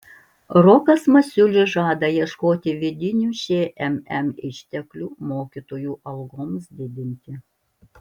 rokas masiulis žada ieškoti vidinių šmm išteklių mokytojų algoms didinti